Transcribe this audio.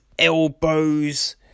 elbows